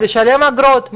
לשלם אגרות,